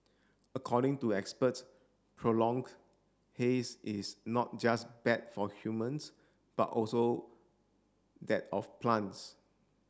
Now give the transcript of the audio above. according to experts prolong haze is not just bad for humans but also that of plants